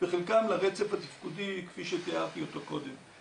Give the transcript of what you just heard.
וחלקן לרצף התפקודי כפי שתיארתי אותו קודם,